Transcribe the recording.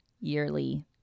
yearly